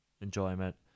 enjoyment